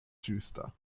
ĝusta